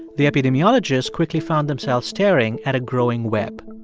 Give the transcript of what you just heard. the epidemiologists quickly found themselves staring at a growing web.